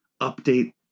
update